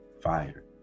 Fired